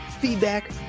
feedback